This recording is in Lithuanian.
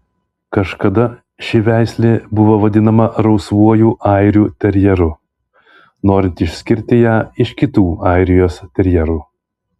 kažkada ši veislė buvo vadinama rausvuoju airių terjeru norint išskirti ją iš kitų airijos terjerų